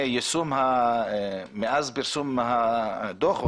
מאז פרסום הדוח,